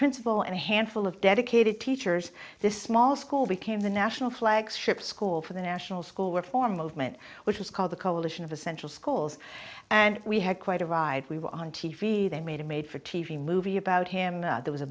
principal and a handful of dedicated teachers this small school became the national flag ship school for the national school reform movement which was called the coalition of essential schools and we had quite a ride we were on t v they made a made for t v movie about him there was a